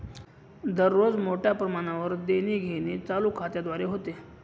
दररोज मोठ्या प्रमाणावर देणीघेणी चालू खात्याद्वारे होते